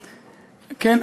כן,